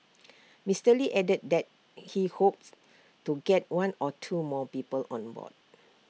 Mister lee added that he hopes to get one or two more people on board